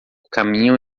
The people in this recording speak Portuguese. caminham